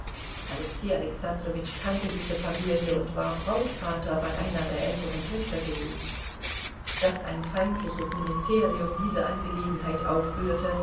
alexei alexandrowitsch kannte diese familie und war brautvater bei einer der älteren töchter gewesen daß ein feindliches ministerium diese angelegenheit aufrührte